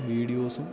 വീഡിയോസും